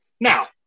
Now